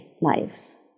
lives